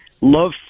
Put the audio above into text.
love